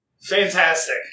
Fantastic